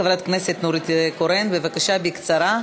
חברת הכנסת נורית קורן, בבקשה בקצרה.